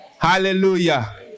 Hallelujah